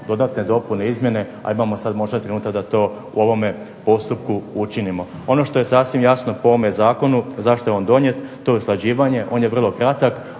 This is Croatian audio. dodatne dopune i izmjene, a imamo sad možda trenutak da to u ovome postupku učinimo. Ono što je sasvim jasno po ovome zakonu, zašto je on donijet. To je usklađivanje, on je vrlo kratak,